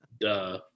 duh